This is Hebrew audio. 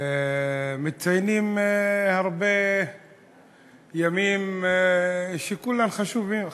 מציינים הרבה ימים שכולם חשובים,